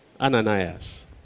Ananias